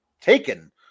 taken